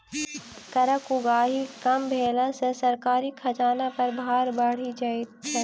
करक उगाही कम भेला सॅ सरकारी खजाना पर भार बढ़ि जाइत छै